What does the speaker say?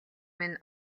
минь